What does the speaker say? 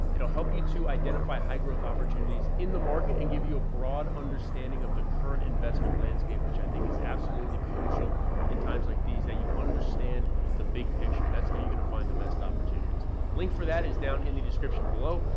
it will help you to identify high growth opportunities in the market and give you a broad understanding of the current investment landscape, which i think is absolutely crucial in times like these, that you understand the big picture. that's how you're going to find the best opportunities link for that is down in the description below.